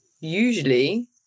usually